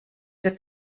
der